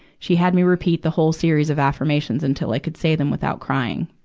she had me repeat the whole series of affirmations until i could say them without crying.